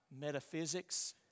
metaphysics